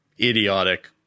idiotic